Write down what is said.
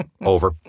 over